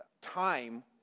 time